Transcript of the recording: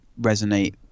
resonate